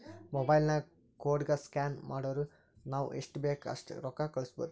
mobile ನಾಗ್ ಕೋಡ್ಗ scan ಮಾಡುರ್ ನಾವ್ ಎಸ್ಟ್ ಬೇಕ್ ಅಸ್ಟ್ ರೊಕ್ಕಾ ಕಳುಸ್ಬೋದ್